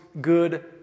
good